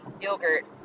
yogurt